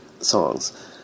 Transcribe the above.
songs